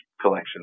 collection